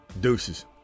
Deuces